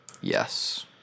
Yes